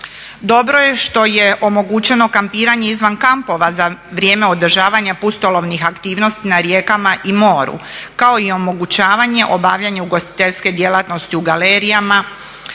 Dobro je što je omogućeno kampiranje izvan kampova za vrijeme održavanja pustolovnih aktivnosti na rijekama i moru kao i omogućavanje obavljanje ugostiteljske djelatnosti u galerijama,